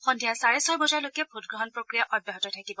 সদ্ধিয়া চাৰে ছয় বজালৈকে ভোটগ্ৰহণ প্ৰক্ৰিয়া অব্যাহত থাকিব